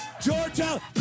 Georgia